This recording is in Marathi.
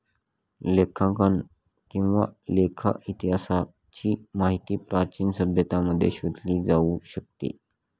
लेखांकन किंवा लेखा इतिहासाची माहिती प्राचीन सभ्यतांमध्ये शोधली जाऊ शकते